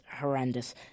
horrendous